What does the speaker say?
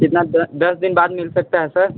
कितना दस दिन बाद मिल सकता है सर